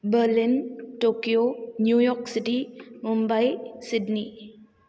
Berlin Tokyo New York City Mumbai Sydney